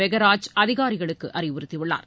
மெகராஜ் அதிகாரிகளுக்கு அறிவுறுத்தியுள்ளார்